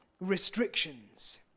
restrictions